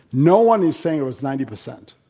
no one is saying it was ninety percent.